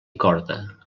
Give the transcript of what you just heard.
corda